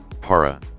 para